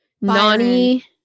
nani